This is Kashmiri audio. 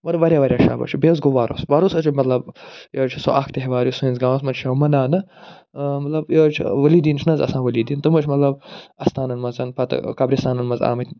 اور واریاہ واریاہ شَب حظ چھِ بیٚیہِ حظ گوٚو وَرُس وَرُس حظ چھِ مطلب یہِ حظ چھِ سُہ اَکھ تہوار یُس سٲنِس گامَس منٛز چھُ یِوان مناونہٕ مطلب یہِ حظ چھِ ؤلی دیٖن چھِنہٕ حظ آسان ؤلی دیٖن تِم ٲسۍ مطلب اَستانَن منٛز آسان پتہٕ قبرِستانَن منٛز آمٕتۍ